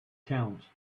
count